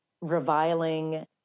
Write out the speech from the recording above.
reviling